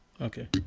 okay